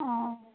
অ'